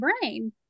brain